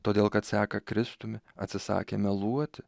todėl kad seka kristumi atsisakė meluoti